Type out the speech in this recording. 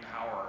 power